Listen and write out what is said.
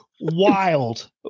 wild